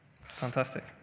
Fantastic